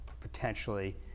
potentially